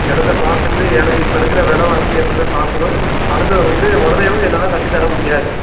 இடத்த பார்த்துட்டு ஏன் னா இப்போ இருக்கிற விலவாசி எப்படினு பார்க்கணும் அடுத்தது வந்து ஒடனேவும் என்னால் கட்டி தர முடியாது